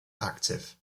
active